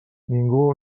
ningú